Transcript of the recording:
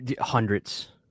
Hundreds